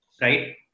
right